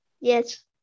Yes